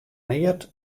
neat